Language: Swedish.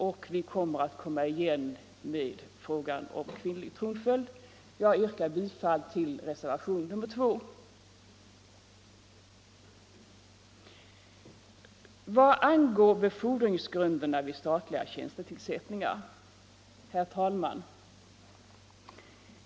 Om vi inte vinner voteringen i dag kommer vi igen med frågan om kvinnlig tronföljd. Jag yrkar bifall till reservationen 2. Herr talman! Jag övergår till frågan om befordringsgrunderna vid stat 33 liga tjänstetillsättningar.